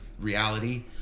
reality